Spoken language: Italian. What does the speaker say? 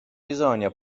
bisogna